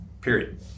period